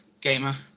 gamer